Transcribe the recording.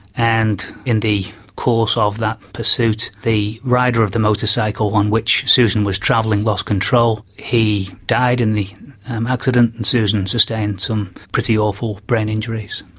and in the course ah of that pursuit the rider of the motorcycle on which susan was travelling lost control. he died in the accident and susan sustained some pretty awful brain injuries.